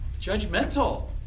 judgmental